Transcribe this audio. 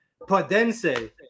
Padense